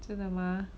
真的吗